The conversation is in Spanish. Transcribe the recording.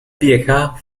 vieja